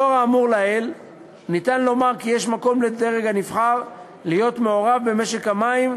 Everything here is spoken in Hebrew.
לאור האמור לעיל אפשר לומר שיש מקום לדרג הנבחר להיות מעורב במשק המים,